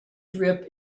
drip